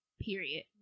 period